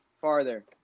farther